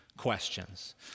questions